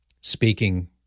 Speaking